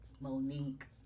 Monique